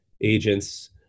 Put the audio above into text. agents